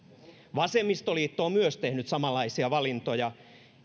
vasemmistoliitto on tehnyt samanlaisia valintoja